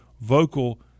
vocal